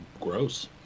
gross